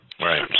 Right